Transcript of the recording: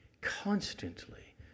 constantly